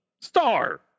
Star